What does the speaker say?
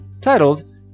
titled